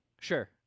sure